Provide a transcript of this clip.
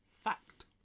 fact